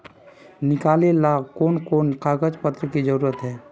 निकाले ला कोन कोन कागज पत्र की जरूरत है?